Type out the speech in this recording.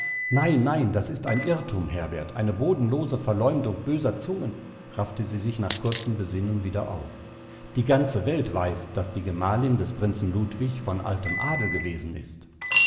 nein nein das ist ein irrtum herbert eine bodenlose verleumdung böser zungen raffte sie sich nach kurzem besinnen wieder auf die ganze welt weiß daß die gemahlin des prinzen ludwig von altem adel gewesen ist